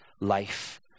life